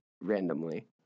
randomly